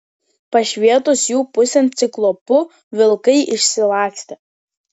pašvietus jų pusėn ciklopu vilkai išsilakstė